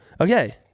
Okay